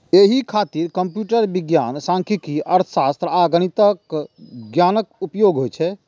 एहि खातिर कंप्यूटर विज्ञान, सांख्यिकी, अर्थशास्त्र आ गणितक ज्ञानक उपयोग होइ छै